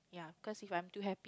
ya cause if I'm too happy